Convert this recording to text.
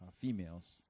Females